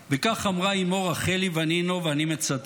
וכך אמרה אימו, רחלי ונינו, ואני מצטט,